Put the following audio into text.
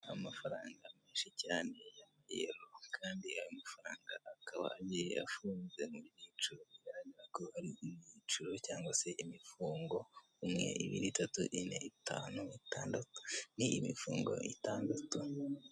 Amafaranga menshi cyane yongeho kandi ayo mafaranga akaba agiye afunze mu byiciro bigaragara ko ari mu byiciro cyangwa se imifungo, umwe, ibiri, itatu, ine, itanu, itandatu. Ni imifungo itandatu.